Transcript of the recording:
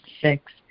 Six